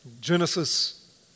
Genesis